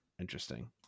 interesting